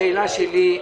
השאלה שלי: